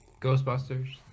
Ghostbusters